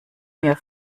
mir